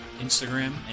Instagram